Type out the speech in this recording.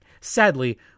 Sadly